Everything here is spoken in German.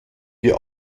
wir